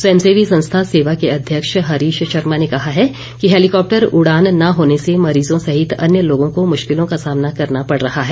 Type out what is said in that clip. स्वयंसेवी संस्था सेवा के अध्यक्ष हरीश शर्मा ने कहा है कि हेलिकॉप्टर उड़ान न होने से मरीजों सहित अन्य लोगों को मुश्किलों का सामना करना पड़ रहा है